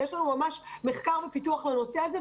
יש לנו ממש מחקר ופיתוח בנושא הזה,